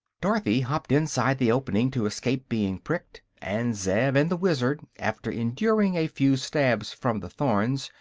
dorothy hopped inside the opening to escape being pricked, and zeb and the wizard, after enduring a few stabs from the thorns,